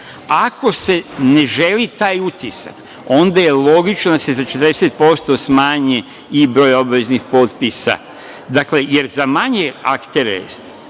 5%.Ako se ne želi taj utisak, onda je logično da se za 40% smanji i broj obaveznih potpisa, jer za manje aktere,